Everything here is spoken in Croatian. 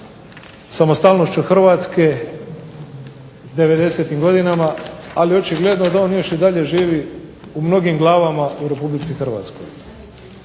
samostalnošću Hrvatske devedesetim godinama. Ali očigledno da on još i dalje živi u mnogim glavama u Republici Hrvatskoj.